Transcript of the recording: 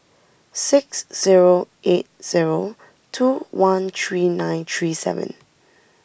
six zero eight zero two one three nine three seven